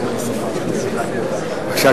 בבקשה.